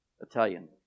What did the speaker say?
Italian